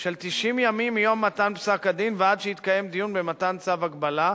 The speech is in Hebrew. של 90 ימים מיום מתן פסק-הדין ועד שיתקיים דיון במתן צו הגבלה,